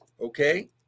Okay